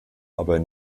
aber